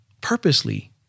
Purposely